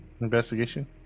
Investigation